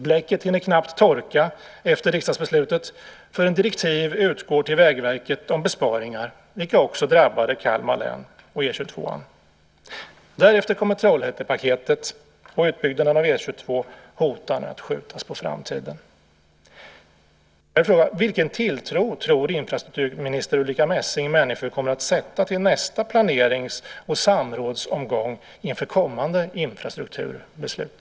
Bläcket hann knappt torka efter riksdagsbeslutet förrän direktiv utgick till Vägverket om besparingar, vilka också drabbade Kalmar län och E 22:an. Därefter kom Trollhättepaketet, och utbyggnaden av E 22 hotar nu att skjutas på framtiden. Jag vill fråga: Vilken tilltro tror infrastrukturminister Ulrica Messing att människor kommer att sätta till nästa planerings och samrådsomgång inför kommande infrastrukturbeslut?